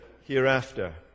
hereafter